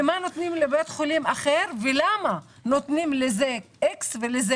ומה נותנים לבית חולים אחר ולמה נותנים לזה X ולזה